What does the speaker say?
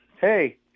hey